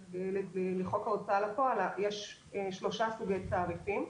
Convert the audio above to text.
לחוק ההוצאה לפועל יש שלושה סוגי תעריפים.